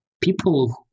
people